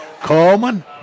Coleman